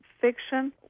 fiction